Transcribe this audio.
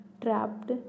trapped